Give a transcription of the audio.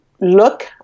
look